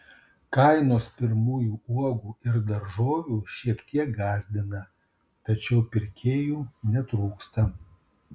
kainos pirmųjų uogų ir daržovių šiek tiek gąsdina tačiau pirkėjų netrūksta